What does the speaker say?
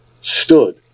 stood